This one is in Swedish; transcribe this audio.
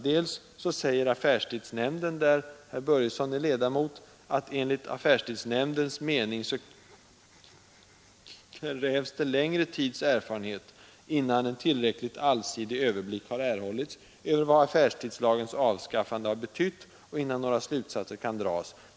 Dels anför affärstidsnämnden, där herr Börjesson är ledamot: ”Enligt affärstidsnämndens mening krävs längre tids erfarenheter innan en tillräckligt allsidig överblick erhållits över vad affärstidslagens avskaffande betytt och innan några slutsatser kan dras.